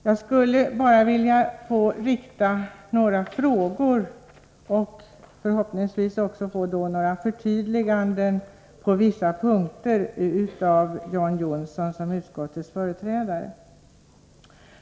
Jag skulle bara på vissa punkter vilja rikta några frågor till John Johnsson som utskottets företrädare och förhoppningsvis få några förtydliganden från honom.